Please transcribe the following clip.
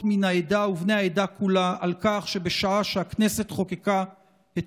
מן העדה ובני העדה כולה על כך שבשעה שהכנסת חוקקה את